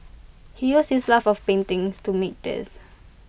he used his love of paintings to make these